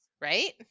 Right